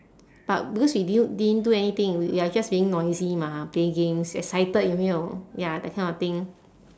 but because we didn't didn't do anything we are just being noisy mah play games excited you know ya that kind of thing